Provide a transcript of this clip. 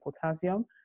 potassium